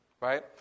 right